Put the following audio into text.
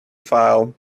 file